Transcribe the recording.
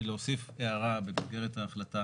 להוסיף הערה במסגרת ההחלטה